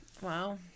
Wow